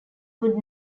would